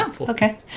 okay